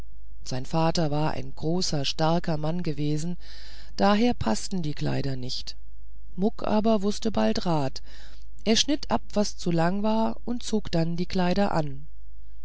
sein vater war ein großer starker mann gewesen daher paßten die kleider nicht muck aber wußte bald rat er schnitt ab was zu lang war und zog dann die kleider an